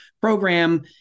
program